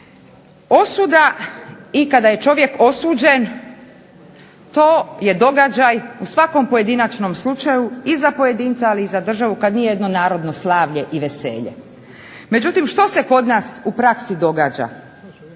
Osuda, i kada je čovjek osuđen to je događaj u svakom pojedinačnom slučaju i za pojedinca, ali i za državu kad nije jedno narodno slavlje i veselje. Međutim, što se kod nas u praksi događa?